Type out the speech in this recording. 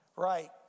Right